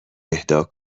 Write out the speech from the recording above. اهدا